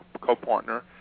co-partner